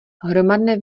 hromadné